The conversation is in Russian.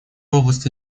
области